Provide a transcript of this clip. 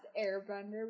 Airbender